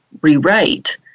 rewrite